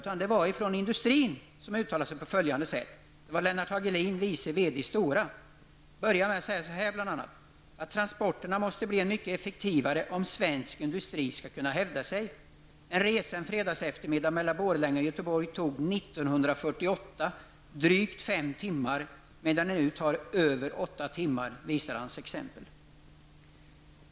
Lennart Hagelin, vice VD i Stora, uttalade sig där -- jag tror inte att han är centerpartist. Han pekade på att transporterna måste bli mycket effektivare om svensk industri skall kunna hävda sig. Han påpekade att en resa mellan Borlänge och Göteborg en fredagseftermiddag 1948 tog drygt fem timmar och att den nu tar över åtta timmar.